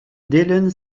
dylan